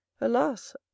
Alas